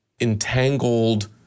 entangled